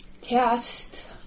Cast